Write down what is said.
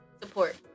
Support